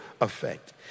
effect